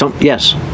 Yes